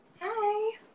Hi